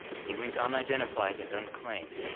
but he went unidentified and unclaimed.